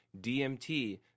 DMT